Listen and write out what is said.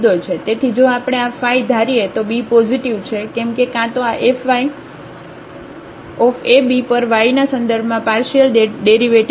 તેથી જો આપણે આ ફાય ધારીએ તો બી પોઝિટિવ છે કેમ કે કાં તો આ fyab પર y ના સંદર્ભમાં પાર્શિયલ ડેરિવેટિવ્ઝ છે